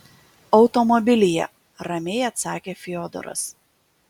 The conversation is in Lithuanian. automobilyje ramiai atsakė fiodoras